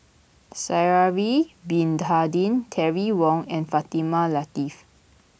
Sha'ari Bin Tadin Terry Wong and Fatimah Lateef